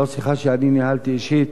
לא שיחה שאני ניהלתי אישית,